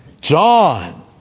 John